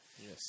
Yes